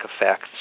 effects